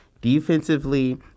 Defensively